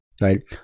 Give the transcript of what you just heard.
Right